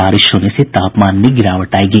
बारिश होने से तापमान में गिरावट आयेगी